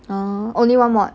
ah only one mod